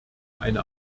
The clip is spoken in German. eine